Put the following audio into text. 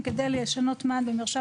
חלקם מופיעים